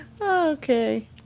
Okay